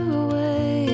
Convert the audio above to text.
away